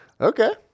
okay